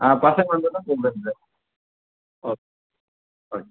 ஆ பசங்க வந்தோன்ன கூப்பிடுங்க சார் ஓகே ஓகே